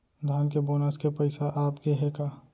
धान के बोनस के पइसा आप गे हे का?